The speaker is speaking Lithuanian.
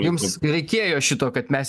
jums reikėjo šito kad mes